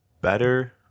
better